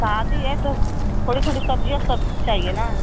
शादी है तो थोड़ी थोड़ी सब्जियाँ सब चाहिए न